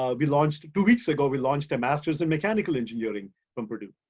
ah we launched, two weeks ago, we launched a master's in mechanical engineering from purdue.